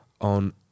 on